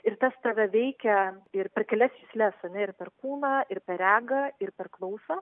ir tas tave veikia ir per kelias jusles ar ne ir per kūną ir per regą ir per klausą